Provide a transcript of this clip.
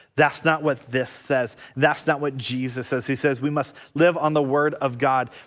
that's not what this says that's not what jesus says he says we must live on the word of god.